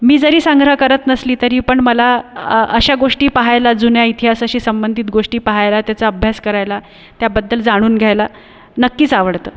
मी जरी संग्रह करत नसली तरी पण मला अशा गोष्टी पाहायला जुन्या इतिहासाशी संबंधित गोष्टी पहायला त्याचा अभ्यास करायला त्याबद्दल जाणून घ्यायला नक्कीच आवडतं